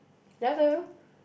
did I tell you